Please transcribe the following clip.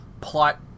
plot